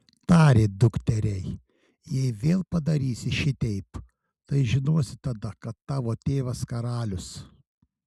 tarė dukteriai jei vėl padarysi šiteip tai žinosi tada kad tavo tėvas karalius